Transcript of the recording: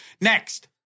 next